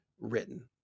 written